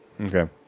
Okay